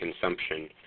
consumption